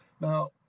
Now